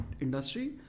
industry